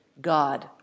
God